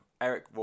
eric